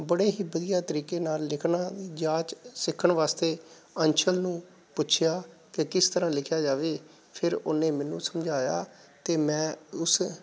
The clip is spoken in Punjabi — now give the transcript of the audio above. ਬੜੇ ਹੀ ਵਧੀਆ ਤਰੀਕੇ ਨਾਲ ਲਿਖਣਾ ਜਾਂਚ ਸਿੱਖਣ ਵਾਸਤੇ ਅੰਸ਼ਲ ਨੂੰ ਪੁੱਛਿਆ ਕਿ ਕਿਸ ਤਰ੍ਹਾਂ ਲਿਖਿਆ ਜਾਵੇ ਫਿਰ ਉਹਨੇ ਮੈਨੂੰ ਸਮਝਾਇਆ ਅਤੇ ਮੈਂ ਉਸ